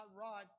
right